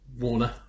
Warner